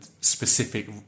specific